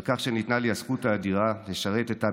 על כך שניתנה לי הזכות האדירה לשרת את עם